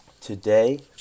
Today